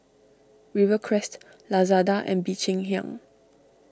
Rivercrest Lazada and Bee Cheng Hiang